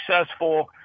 successful